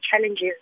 challenges